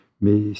mais